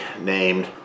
named